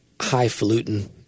highfalutin